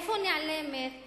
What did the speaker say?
לאן נעלמת